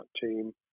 team